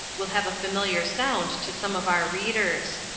will have a familiar sound to some of our readers